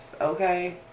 okay